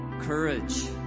courage